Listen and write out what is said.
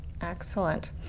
Excellent